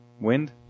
wind